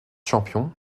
champion